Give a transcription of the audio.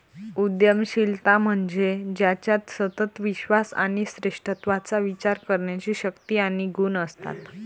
उद्यमशीलता म्हणजे ज्याच्यात सतत विश्वास आणि श्रेष्ठत्वाचा विचार करण्याची शक्ती आणि गुण असतात